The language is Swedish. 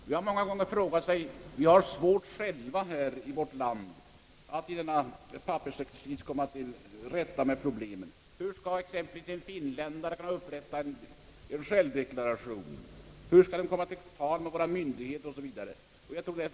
Jag har många gånger funderat över hur dessa utlänningar kan klara pappersexercisen i vårt land. Hur skall exempelvis en finländare kunna upp rätta sin självdeklaration? Hur skall han och andra utlänningar komma till tals med olika myndigheter, med sjukkassorna 0. s. v.?